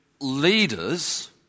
leaders